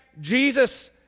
Jesus